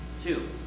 Two